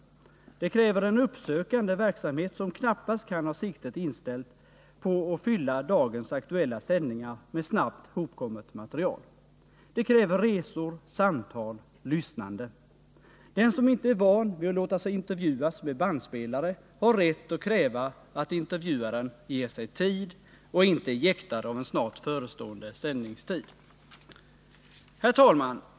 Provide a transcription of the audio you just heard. Det kräver en uppsökande verksamhet, som knappast kan ha siktet inställt på att fylla dagens aktuella sändningar med snabbt hopkommet material. Det kräver resor, samtal, lyssnande. Den som inte är van vid att låta sig intervjuas med bandspelare har rätt att kräva att intervjuaren ger sig tid och inte är jäktad av en snart förestående sändningstid. Herr talman!